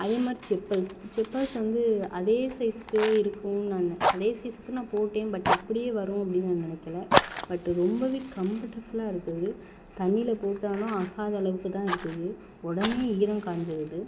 அதேமாதிரி செப்பல்ஸ் செப்பல்ஸ் வந்து அதே சைஸ்க்கே இருக்கும் நான் அதே சைஸ்க்கு நான் போட்டேன் பட் அப்படே வரும் அப்படின்னு நான் நினக்கல பட் ரொம்பவே கம்பர்ட்டபுளாக இருக்குது தண்ணில போட்டாலும் ஆகாத அளவுக்குதான் இருக்குது உடனே ஈரம் காஞ்சிருது